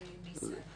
כמה מקרים, ניסן?